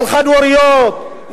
חד-הוריות,